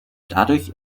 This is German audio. dadurch